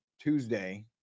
Tuesday